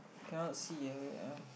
cannot see ah wait ah